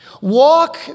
Walk